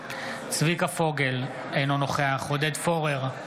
צביקה פוגל, אינו נוכח עודד פורר,